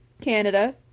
Canada